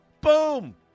Boom